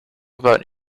about